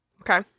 Okay